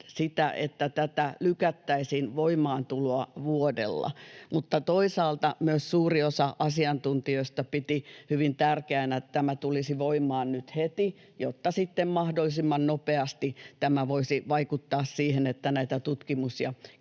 sitä, että tätä voimaantuloa lykättäisiin vuodella, mutta toisaalta suuri osa asiantuntijoista piti hyvin tärkeänä, että tämä tulisi voimaan nyt heti, jotta sitten mahdollisimman nopeasti tämä voisi vaikuttaa siihen, että näitä tutkimus- ja